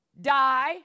die